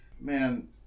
man